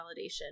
validation